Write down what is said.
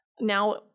now